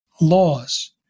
laws